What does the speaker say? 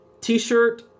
t-shirt